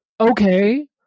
okay